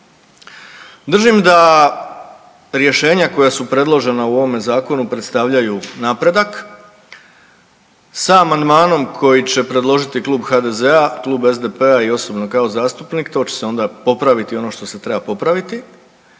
Držim da rješenja koja su predložena u ovom zakonu predstavljaju napredak, sa amandmanom koji će predložiti klub HDZ-a, klub SDP-a i osobno kao zastupnik to će se onda popraviti ono što se treba popraviti